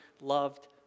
loved